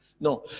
no